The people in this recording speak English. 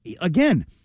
again